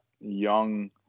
young